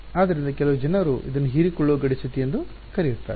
ಆದ್ದರಿಂದ ಕೆಲವು ಜನರು ಇದನ್ನು ಹೀರಿಕೊಳ್ಳುವ ಗಡಿ ಸ್ಥಿತಿ ಎಂದು ಕರೆಯುತ್ತಾರೆ